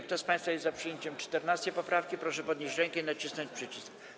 Kto z państwa jest za przyjęciem 14. poprawki, proszę podnieść rękę i nacisnąć przycisk.